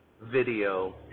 video